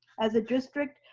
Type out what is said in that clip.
as a district,